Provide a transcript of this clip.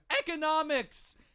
Economics